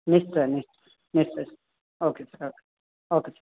ନିଶ୍ଚୟ ନିଶ୍ଚୟ ନିଶ୍ଚୟ okay sir okay okay sir